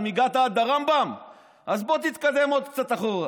אם הגעת עד הרמב"ם אז בוא תתקדם עוד קצת אחורה